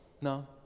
No